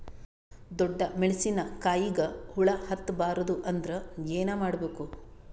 ಡೊಣ್ಣ ಮೆಣಸಿನ ಕಾಯಿಗ ಹುಳ ಹತ್ತ ಬಾರದು ಅಂದರ ಏನ ಮಾಡಬೇಕು?